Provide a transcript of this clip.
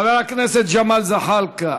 חבר הכנסת ג'מאל זחאלקה,